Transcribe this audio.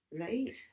right